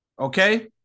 Okay